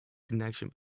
connection